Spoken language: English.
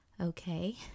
okay